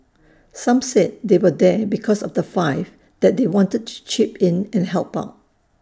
some said they were there because of the five that they wanted to chip in and help out